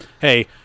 hey